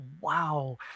wow